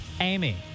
Amy